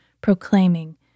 proclaiming